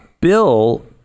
bill